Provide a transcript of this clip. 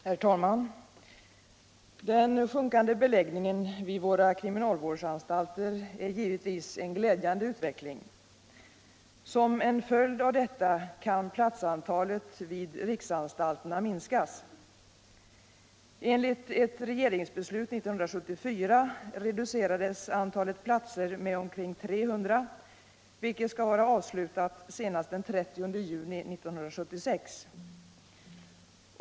Herr talman! Den sjunkande beläggningen vid våra kriminalvårdsanstalter är givetvis en glädjande utveckling. Som en följd av detta kan platsantalet vid riksanstalterna minskas. Enligt ett regeringsbeslut 1974 reducerades antalet platser med omkring 300, och minskningen skall vara avslutad senast den 30 juni 1976.